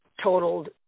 totaled